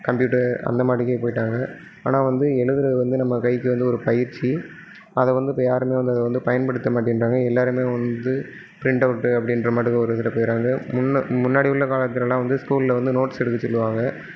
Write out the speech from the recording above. computer அந்தமாதிரிக்கே போயிவிட்டாங்க ஆனால் வந்து எழுதுறது வந்து நம்ம கைக்கு வந்து ஒரு பயிற்சி அதை வந்து இப்போ யாருமே வந்து அதை வந்து பயன்படுத்த மாட்டேன்றாங்க எல்லாருமே வந்து பிரிண்டவுட்டு அப்படின்றமாரி ஒரு இதில் போய்றாங்க முன்ன முன்னாடி உள்ள காலத்திலலாம் வந்து ஸ்கூலில் வந்து நோட்ஸ் எடுக்க சொல்லுவாங்க